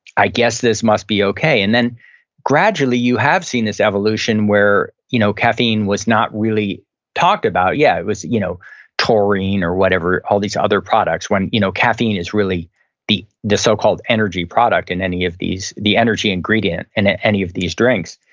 i guess this must be okay. and then gradually, you have seen this evolution where you know caffeine was not really talked about. yeah, it was you know taurine or whatever, all these other products, when you know caffeine is really the the so-called energy product in any of these, the energy ingredient and in any of these drinks.